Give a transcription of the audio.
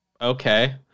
okay